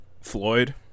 Floyd